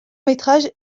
métrage